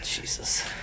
Jesus